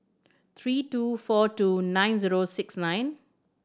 three two four two nine zero six nine